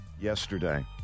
yesterday